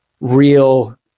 real